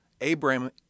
abram